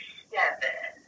seven